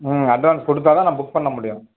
ம் அட்வான்ஸ் கொடுத்தா தான் நான் புக் பண்ண முடியும்